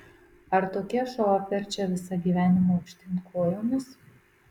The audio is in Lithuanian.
ar tokie šou apverčia visą gyvenimą aukštyn kojomis